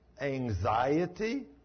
Anxiety